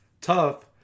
Tough